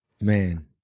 Man